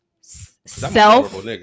self